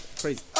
Crazy